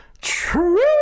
true